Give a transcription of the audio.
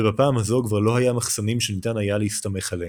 ובפעם הזו כבר לא היו מחסנים שניתן היה להסתמך עליהם.